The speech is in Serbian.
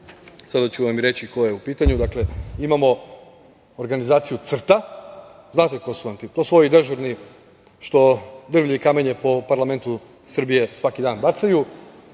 sada ću vam i reći ko je u pitanju. Dakle, imamo organizaciju CRTA. Znate ko su oni? To su ovi dežurni što drvlje i kamenje po parlamentu Srbije svaki dan bacaju.